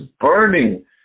burning